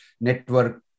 network